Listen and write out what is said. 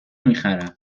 میخرم